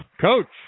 Coach